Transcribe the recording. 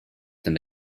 them